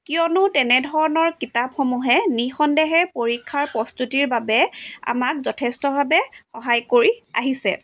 কিয়নো তেনেধৰণৰ কিতাপসমূহে নিঃসন্দেহে পৰীক্ষাৰ প্ৰস্তুতিৰ বাবে আমাক যথেষ্টভাৱে সহায় কৰি আহিছে